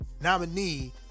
nominee